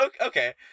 Okay